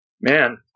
Man